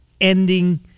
ending